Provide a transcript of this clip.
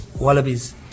wallabies